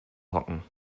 hocken